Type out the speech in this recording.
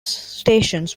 stations